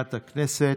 הכנסת.